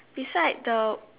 beside the